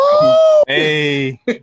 Hey